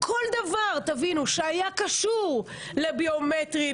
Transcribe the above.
כל דבר שהיה קשור לביומטרי,